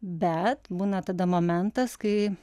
bet būna tada momentas kai